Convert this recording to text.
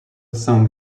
song